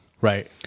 Right